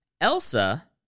Elsa